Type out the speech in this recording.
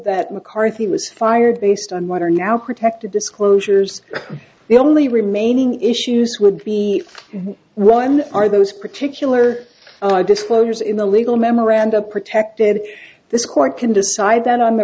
that mccarthy was fired based on what are now protected disclosures the only remaining issues would be one are those particular disclosures in the legal memoranda protected this court can decide that on